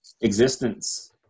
existence